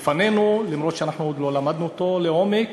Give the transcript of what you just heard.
בפנינו, אף שאנחנו עוד לא למדנו אותו לעומק,